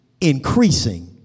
increasing